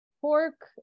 pork